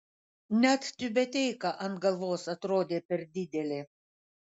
net tiubeteika ant galvos atrodė per didelė